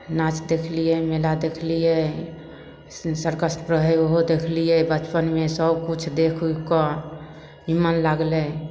नाच देखलिए मेला देखलिए सर्कस रहै ओहो देखलिए बचपनमे सबकिछु देखि उखिकऽ निम्मन लागलै